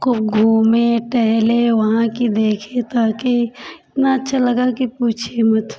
खूब घूमे टहेले वहाँ की देखे ताकि इतना अच्छा लगा कि पूछिए मत